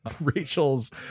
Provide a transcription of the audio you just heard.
Rachel's